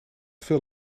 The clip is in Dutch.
veel